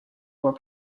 were